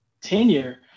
tenure